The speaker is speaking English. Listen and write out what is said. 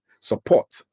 Support